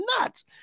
nuts